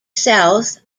south